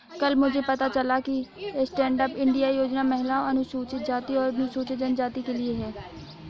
कल मुझे पता चला कि स्टैंडअप इंडिया योजना महिलाओं, अनुसूचित जाति और अनुसूचित जनजाति के लिए है